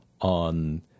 on